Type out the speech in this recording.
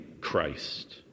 Christ